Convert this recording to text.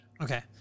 Okay